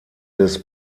des